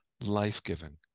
life-giving